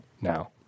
now